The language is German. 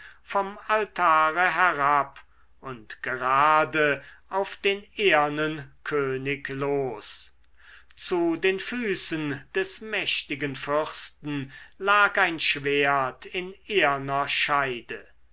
vom altare herab und gerade auf den ehernen könig los zu den füßen des mächtigen fürsten lag ein schwert in eherner scheide